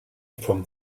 from